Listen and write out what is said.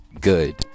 good